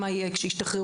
מה יהיה כשישתחררו,